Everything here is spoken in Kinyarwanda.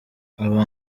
aba